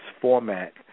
format